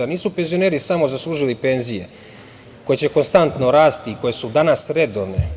Nisu penzioneri samo zaslužili penzije koje će konstantno rasti, koje su danas redovne.